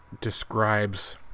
describes